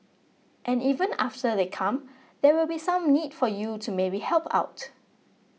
and even after they come there will be some need for you to maybe help out